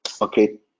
okay